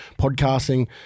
podcasting